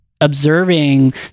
observing